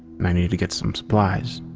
i needed to get some supplies.